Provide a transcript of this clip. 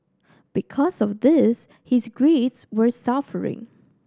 because of this his grades were suffering